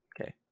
okay